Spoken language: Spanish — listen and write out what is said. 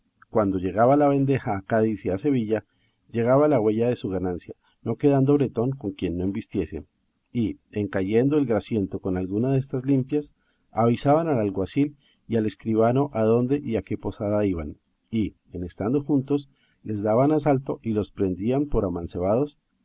cuando llegaba la vendeja a cádiz y a sevilla llegaba la huella de su ganancia no quedando bretón con quien no embistiesen y en cayendo el grasiento con alguna destas limpias avisaban al alguacil y al escribano adónde y a qué posada iban y en estando juntos les daban asalto y los prendían por amancebados